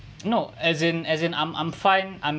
no as in as in I'm I'm fine I'm